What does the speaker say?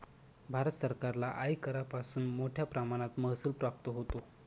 भारत सरकारला आयकरापासून मोठया प्रमाणात महसूल प्राप्त होतो